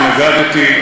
התנגדתי,